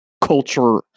culture